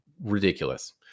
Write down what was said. ridiculous